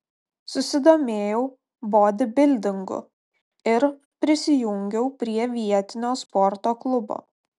susidomėjau bodybildingu ir prisijungiau prie vietinio sporto klubo